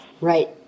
right